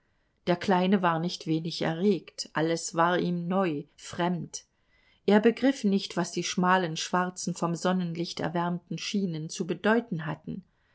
der kleine war nicht wenig erregt alles war ihm neu fremd er begriff nicht was die schmalen schwarzen vom sonnenlicht erwärmten schienen zu bedeuten hatten